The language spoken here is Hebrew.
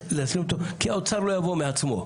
כי האוצר לא יבוא מעצמו.